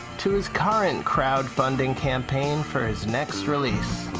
to his current crowdfunding campaign for his next release,